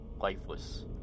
lifeless